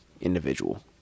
individual